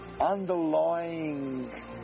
underlying